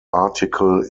article